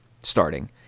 starting